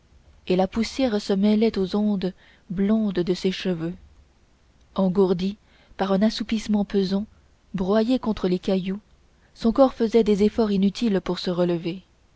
et la poussière se mêlait aux ondes blondes de ses cheveux engourdi par un assoupissement pesant broyé contre les cailloux son corps faisait des efforts inutiles pour se relever